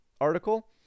article